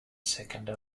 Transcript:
second